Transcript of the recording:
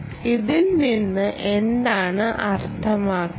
ഇതിൽ നിന്ന് എന്താണ് അർത്ഥമാക്കുന്നത്